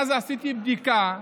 עשיתי בדיקה,